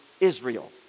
israel